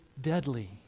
deadly